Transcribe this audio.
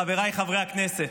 חבריי חברי הכנסת,